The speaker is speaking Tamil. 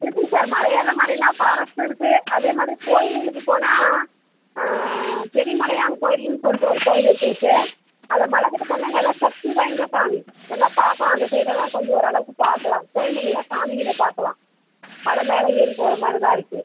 இருக்குங்க சார் மலையேறுகிற மாதிரினா ஃபாரஸ்ட் இருக்கு அதே மாதிரி கோயில்களுக்கு போனால் பெரிய மலையான் கோயில்ன்னு சொல்லிவிட்டு ஒரு கோயில் இருக்குங்க சார் அந்த மலைகிட்ட போனால் நல்லா சக்தி வாய்ந்த சாமி நல்லா பார்க்கலாம் அந்த சைட் எல்லாம் கொஞ்சம் ஓரளவுக்கு பார்க்கலாம் கோயில்ங்களில் சாமிகளை பார்க்கலாம் மலை மேலே ஏறி போகறமாரி தான் இருக்கு